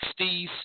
60s